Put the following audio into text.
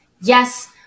Yes